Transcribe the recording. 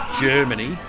Germany